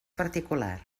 particular